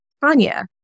Tanya